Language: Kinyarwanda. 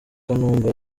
kanumba